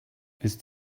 ist